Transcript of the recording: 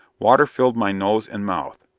water filled my nose and mouth.